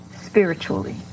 spiritually